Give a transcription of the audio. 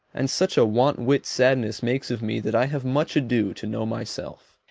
and such a want-wit sadness makes of me that i have much ado to know myself.